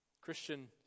Christian